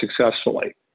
successfully